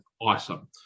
awesome